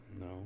No